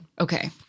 Okay